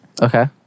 Okay